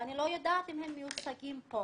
ואני לא יודעת אם הם מיוצגים פה,